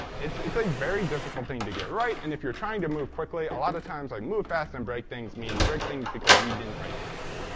it's it's a very difficult thing to get right. and if you're trying to move quickly, a lot of times like move fast and break things means break things because we didn't write tests.